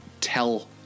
tell